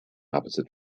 opposite